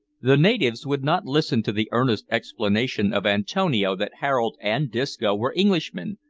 the natives would not listen to the earnest explanation of antonio that harold and disco were englishmen,